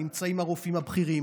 נמצאים הרופאים הבכירים,